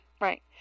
right